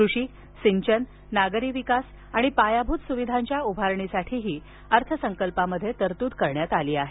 कृषी सिंचन नागरी विकास आणि पायाभूत सुविधांच्या उभारणीसाठीही अर्थ संकल्पात तरतूद केली आहे